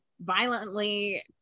violently